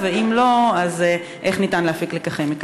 ואם לא, אז איך ניתן להפיק מכך לקחים?